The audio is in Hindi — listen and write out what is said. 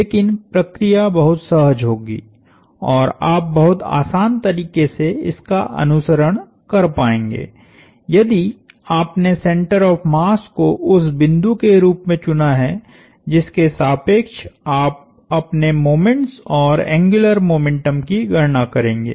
लेकिन प्रक्रिया बहुत सहज होगी और आप बहुत आसान तरीके से इसका अनुसरण कर पाएंगे यदि आपने सेंटर ऑफ़ मास को उस बिंदु के रूप में चुना है जिसके सापेक्ष आप अपने मोमेंट्स और एंग्युलर मोमेंटम की गणना करेंगे